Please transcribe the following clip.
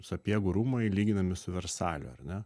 sapiegų rūmai lyginami su versaliu ar ne